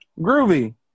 Groovy